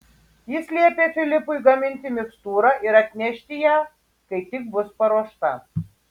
jis liepė filipui gaminti mikstūrą ir atnešti ją kai tik bus paruošta